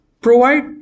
Provide